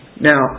Now